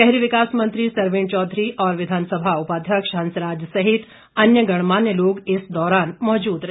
शहरी विकास मंत्री सरवीण चौधरी और विधानसभा उपाध्यक्ष हंसराज सहित अन्य गणमान्य लोग इस दौरान मौजूद रहे